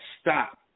stop